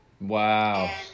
Wow